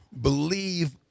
believe